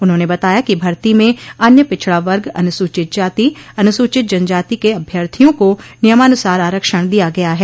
उन्होंने बताया कि भर्ती में अन्य पिछड़ा वर्ग अनुसूचित जाति अनुसूचित जनजाति के अभ्यर्थियों को नियमानुसार आरक्षण दिया गया है